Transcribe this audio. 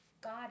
God